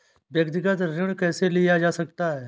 व्यक्तिगत ऋण कैसे लिया जा सकता है?